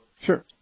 Sure